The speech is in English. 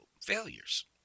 failures